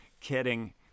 Kidding